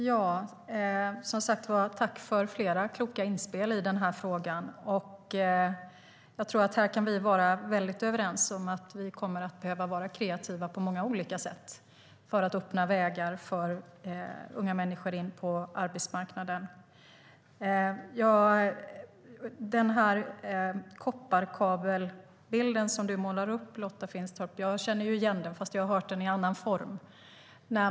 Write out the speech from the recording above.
Fru talman! Tack för flera kloka inspel i frågan! Jag tror att vi kan vara överens om att vi behöver vara kreativa på många olika sätt för att öppna vägar för unga människor in på arbetsmarknaden. Kopparkabelbilden som Lotta Finstorp målar upp känner jag igen, fast jag har hört den i annan form.